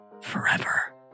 forever